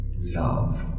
Love